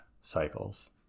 cycles